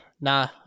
nah